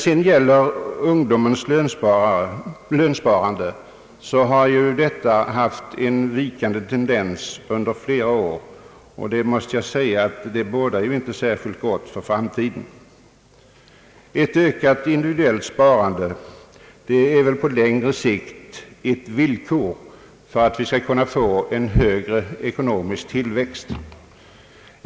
Vad gäller ungdomens lönsparande så råder där en vikande tendens sedan flera år, och det bådar ju inte särskilt gott för framtiden. Ett ökat individuellt sparande är på längre sikt ett villkor för en större ekonomisk tillväxt.